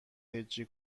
هجی